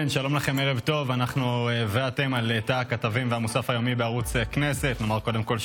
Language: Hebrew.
אני קובעת כי הצעת יו"ר ועדת הכנסת התקבלה.